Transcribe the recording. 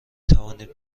توانید